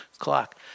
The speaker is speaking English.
clock